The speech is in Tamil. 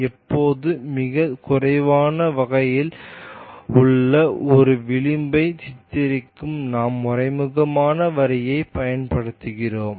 எப்போது மிகக் குறைவான வகைகள் உள்ள ஒரு விளிம்பை சித்தரிக்க நாம் மறைமுகமான வரியைப் பயன்படுத்துகிறோம்